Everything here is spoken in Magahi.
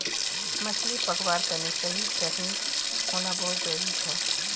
मछली पकड़वार तने सही टेक्नीक होना बहुत जरूरी छ